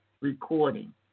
recording